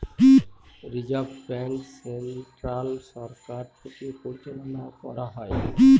reserve bank central সরকার থেকে পরিচালনা করা হয়